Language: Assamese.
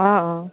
অ' অ'